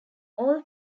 all